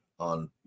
On